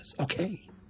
okay